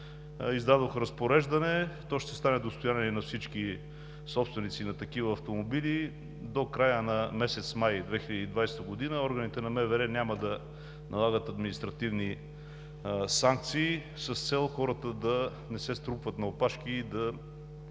издадох разпореждане – то ще стане достояние и на всички собственици на такива автомобили, до края на месец май 2020 г. органите на МВР да не налагат административни санкции с цел хората да не се струпват на опашки и да